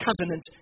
covenant